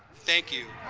thank you,